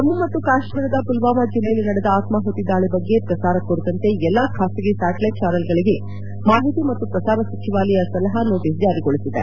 ಜಮ್ನು ಮತ್ತು ಕಾಶ್ಮೀರದ ಪುಲ್ವಾಮ ಜಿಲ್ಲೆಯಲ್ಲಿ ನಡೆದ ಆತ್ಮಾಹುತಿ ದಾಳಿ ಬಗ್ಗೆ ಪ್ರಸಾರ ಕುರಿತಂತೆ ಎಲ್ಲಾ ಖಾಸಗಿ ಸ್ಲಾಟ್ಲೈಟ್ ಚಾನೆಲ್ಗಳಿಗೆ ಮಾಹಿತಿ ಮತ್ತು ಪ್ರಸಾರ ಸಚಿವಾಲಯ ಸಲಹಾ ನೋಟಸ್ ಜಾರಿಗೊಳಿಸಿದೆ